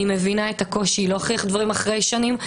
אני מבינה את הקושי להוכיח דברים אחרי שנים.